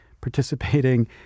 participating